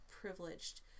privileged